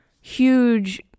huge